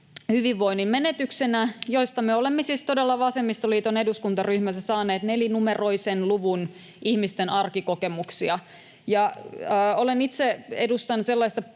hyvinvoinnin menetyksinä, joista me olemme siis todella vasemmistoliiton eduskuntaryhmässä saaneet nelinumeroisen luvun ihmisten arkikokemuksia. Itse edustan sellaista